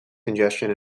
congestion